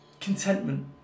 Contentment